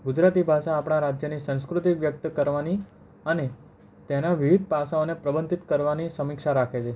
ગુજરાતી ભાષા આપણા રાજ્યની સંસ્કૃતિ વ્યક્ત કરવાની અને તેના વિવિધ પાસાઓને પ્રબંધીત કરવાની સમીક્ષા રાખે છે